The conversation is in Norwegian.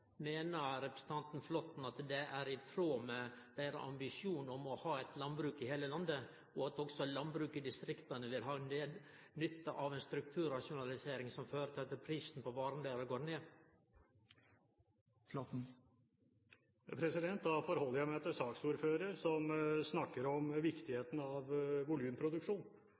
Meiner representanten Flåtten at det er i tråd med deira ambisjon om å ha eit landbruk i heile landet, og at også landbruket i distrikta vil ha nytte av ei strukturrasjonalisering som fører til at prisen på varene deira går ned? Da forholder jeg meg til saksordføreren, som snakker om viktigheten av volumproduksjon.